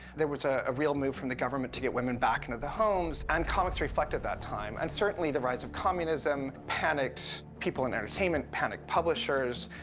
there was a real move from the government to get women back into the homes, and comics reflected that time, and certainly the rise of communism panicked people in entertainment, panicked publishers,